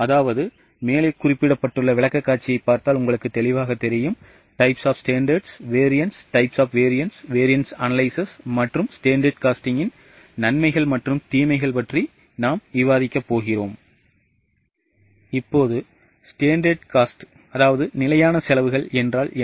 இப்போது நிலையான செலவுகள் என்றால் என்ன